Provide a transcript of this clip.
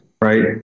right